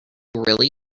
really